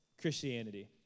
Christianity